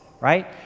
right